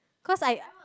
cause I